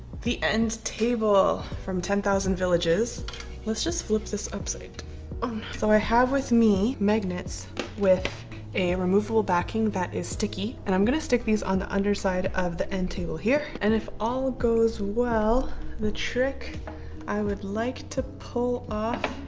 the end table from ten thousand villages let's just flip this upside so i have with me magnets with a removable backing that is sticky and i'm gonna stick these on the underside of the end table here and if all goes well the trick i would like to pull off.